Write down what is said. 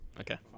Okay